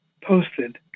posted